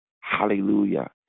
Hallelujah